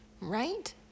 right